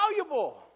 valuable